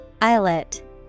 Islet